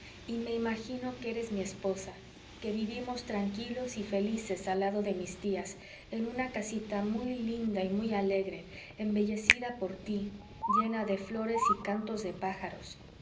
y me imagino que eres mi esposa que vivimos tranquilos y felices al lado de mis tías en una casita muy linda y muy alegre embellecida por tí llena de flores y cantos de pájaros